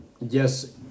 yes